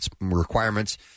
requirements